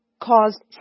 caused